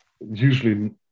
usually